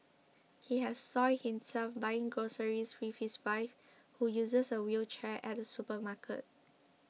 he had soiled himself buying groceries with his wife who uses a wheelchair at a supermarket